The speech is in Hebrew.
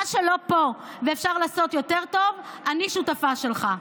מה שלא פה ואפשר לעשות יותר טוב, אני שותפה שלך.